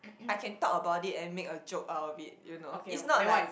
I can talk about it and make a joke out of it you know it's not like